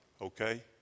Okay